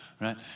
right